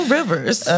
rivers